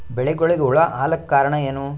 ಬೆಳಿಗೊಳಿಗ ಹುಳ ಆಲಕ್ಕ ಕಾರಣಯೇನು?